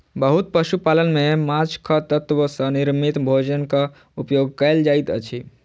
बहुत पशु पालन में माँछक तत्व सॅ निर्मित भोजनक उपयोग कयल जाइत अछि